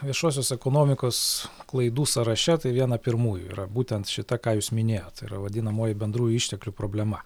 viešosios ekonomikos klaidų sąraše tai viena pirmųjų yra būtent šita ką jūs minėjot tai yra vadinamoji bendrų išteklių problema